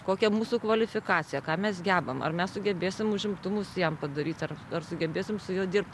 kokia mūsų kvalifikacija ką mes gebam ar mes sugebėsim užimtumus jam padaryt ar ar sugebėsim su juo dirbt